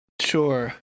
Sure